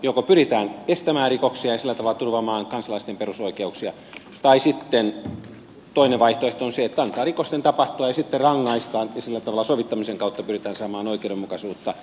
joko pyritään estämään rikoksia ja sillä tavalla turvaamaan kansalaisten perusoikeuksia tai sitten toinen vaihtoehto on se että annetaan rikosten tapahtua ja sitten rangaistaan ja sillä tavalla sovittamisen kautta pyritään saamaan oikeudenmukaisuutta